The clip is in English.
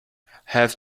have